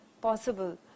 possible